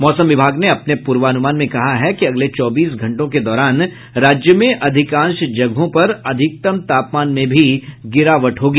मौसम विभाग ने अपने पूर्वानुमान में कहा है कि अगले चौबीस घंटों के दौरान राज्य में अधिकांश जगहों पर अधिकतम तापमान में भी गिरावट होगी